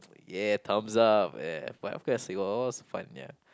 yeah thumbs up ya but of course it wa~ was fun ya